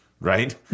Right